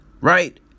right